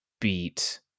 beat